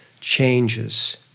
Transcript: changes